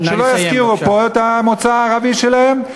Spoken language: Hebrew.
שלא יזכירו פה את המוצא הערבי שלהם,